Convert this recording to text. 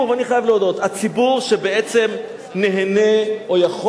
אני חייב להודות שהציבור שבעצם נהנה או יכול